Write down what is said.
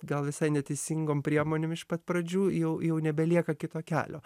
gal visai ne teisingom priemonėm iš pat pradžių jau jau nebelieka kito kelio